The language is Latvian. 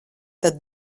tad